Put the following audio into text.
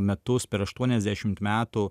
metus per aštuoniasdešimt metų